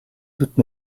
toutes